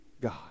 God